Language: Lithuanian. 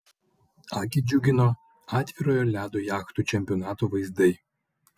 akį džiugino atvirojo ledo jachtų čempionato vaizdai